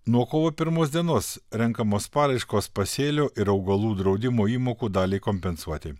nuo kovo pirmos dienos renkamos paraiškos pasėlių ir augalų draudimo įmokų daliai kompensuoti